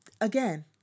again